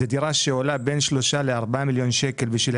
היא דירה שעולה בין 3 מיליון ₪ ל-4 מיליון ₪.